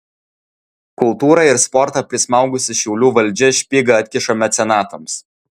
kultūrą ir sportą prismaugusi šiaulių valdžia špygą atkiša mecenatams